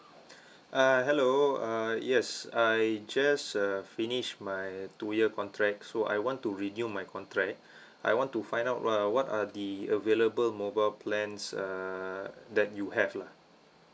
uh hello uh yes uh I just uh finish my two year contract so I want to renew my contract I want to find out uh what are the available mobile plans uh that you have lah